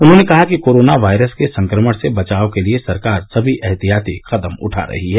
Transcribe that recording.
उन्होंने कहा कि कोरोना वायरस के संक्रमण से बचाव के लिये सरकार सभी ऐहतियाती कदम उठा रही है